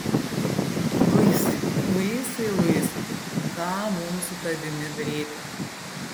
luisai luisai luisai ką mums su tavimi daryti